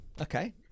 Okay